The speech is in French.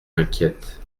m’inquiète